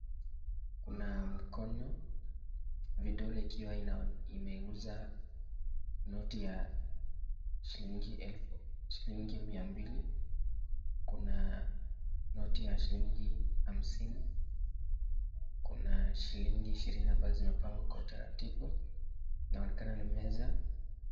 Kuna mkono, vidole ikiwa imeinuza noti ya shilingi elfu, shilingi mia mbili, kuna noti ya shilingi hamsini, kuna shilingi ishirini ambazo zimepangwa kwa utaratibu. Inaonekana ni meza.